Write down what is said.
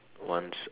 once